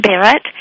Barrett